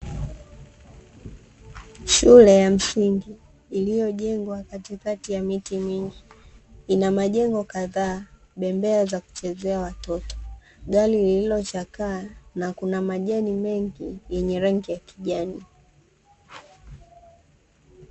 Shule ya msingi iliyojengwa katikati ya miti mingi ina majengo kadhaa, bembea za kuchezea watoto, gari lililochakaa na kuna majani mengi yenye rangi ya kijani.